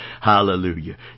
Hallelujah